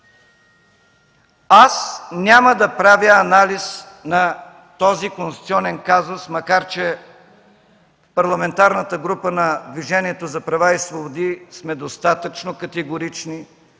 Аз няма да правя анализ на този конституционен казус, макар че в Парламентарната група на Движението за права и свободи сме достатъчно категорични,